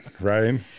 right